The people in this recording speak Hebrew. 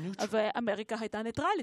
ואמריקה הייתה נייטרלית.